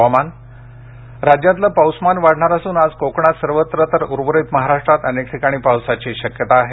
हवामान राज्यातलं पाऊसमान वाढणार असून आज कोकणात सर्वत्र तर उर्वरित महाराष्ट्रात अनेक ठिकाणी पावसाची शक्यता आहे